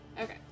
Okay